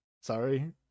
sorry